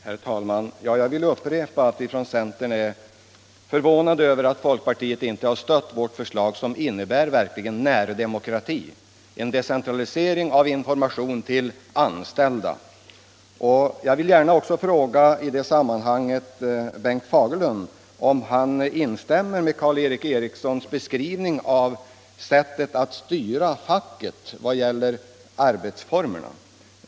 Herr talman! Jag vill upprepa att vi i centern är förvånade över att folkpartiet inte har stött vårt förslag om en decentralisering av information till de anställda i alla företag. Det är verkligen närdemokrati. Jag vill i detta sammanhang fråga Bengt Fagerlund om han instämmer i Karl-Erik Erikssons beskrivning av sättet att styra facket i vad gäller deras arbetsformer.